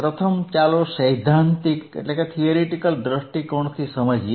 પ્રથમ ચાલો સૈદ્ધાંતિક દૃષ્ટિકોણથી સમજીએ